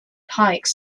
pike